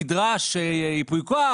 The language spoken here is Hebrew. נדרש ייפוי כוח,